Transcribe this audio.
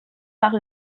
par